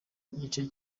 igice